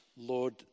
Lord